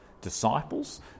disciples